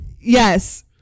Yes